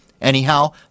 Anyhow